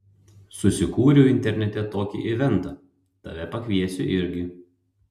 susikūriau internete tokį eventą tave pakviesiu irgi